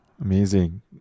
Amazing